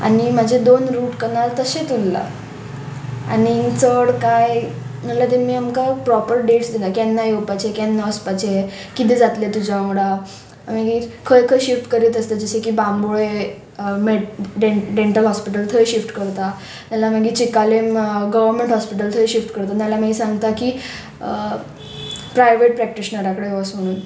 आनी म्हाजे दोन रूट कर्नल तशेंच उरला आनी चड कांय नाल्या तेमी आमकां प्रोपर डेट्स दिता केन्ना येवपाचे केन्ना वचपाचे किदें जातलें तुज्या वांगडा मागीर खंय खंय शिफ्ट करीत आसता जशें की बांबोळे मेन डॅंटल हॉस्पिटल थंय शिफ्ट करता नाल्यार मागीर चिकाले गर्वमेंट हॉस्पिटल थंय शिफ्ट करता ना जाल्यार मागीर सांगता की प्रायवेट प्रॅक्टिशनराकडेन वचून